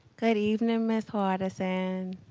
good evening, miss hardison.